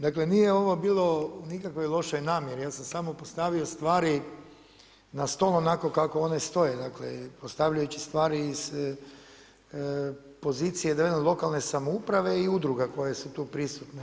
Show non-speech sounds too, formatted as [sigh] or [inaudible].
Dakle nije ovo bilo u nikakvoj lošoj namjeri, ja sam samo postavio stvari na stol onako kako one stoje, dakle postavljajući stvari iz pozicije da … [unintelligible] lokalne samouprave i udruga koje su tu prisutne.